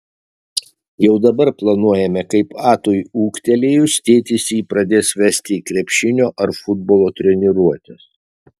jau dabar planuojame kaip atui ūgtelėjus tėtis jį pradės vesti į krepšinio ar futbolo treniruotes